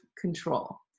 control